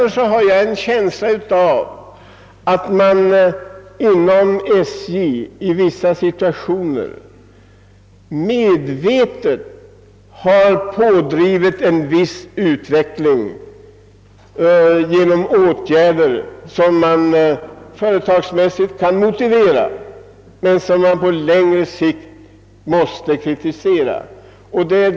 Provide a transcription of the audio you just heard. Jag har en känsla av att man inom SJ i vissa situationer medvetet har tillgripit åtgärder, som företagsmässigt kan motiveras men som på längre sikt inte är acceptabla.